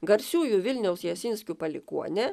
garsiųjų vilniaus jasinskių palikuonė